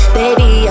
baby